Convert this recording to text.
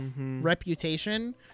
reputation